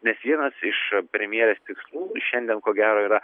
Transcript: nes vienas iš premjerės tikslų šiandien ko gero yra